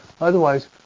Otherwise